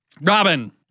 Robin